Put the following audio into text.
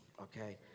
okay